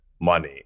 money